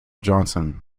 johnson